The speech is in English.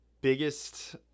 biggest